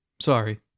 sorry